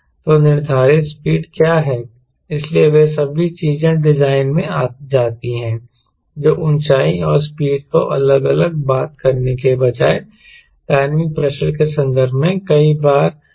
तो निर्धारित स्पीड क्या है इसलिए वे सभी चीजें डिजाइन में जाती हैं जो ऊंचाई और स्पीड को अलग अलग बात करने के बजाय डायनामिक प्रेशर के संदर्भ में कई बार बात करना बेहतर है